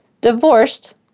divorced